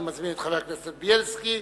אני מזמין את חבר הכנסת בילסקי,